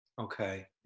Okay